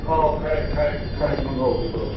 औ correct correct correct नंगौ नंगौ